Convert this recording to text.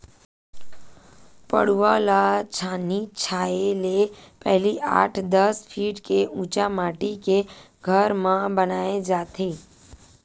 पठउवा ल छानही छाहे ले पहिली आठ, दस फीट के उच्च माठी के घर म बनाए जाथे